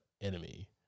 enemy